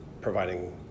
providing